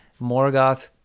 Morgoth